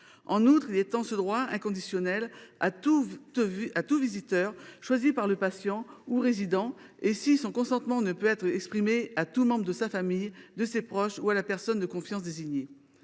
En outre, il étend ce droit inconditionnel à tout visiteur choisi par le patient ou résident et, si son consentement ne peut être exprimé, à tout membre de sa famille, de ses proches ou à la personne de confiance désignée.